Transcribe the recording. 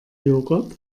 joghurt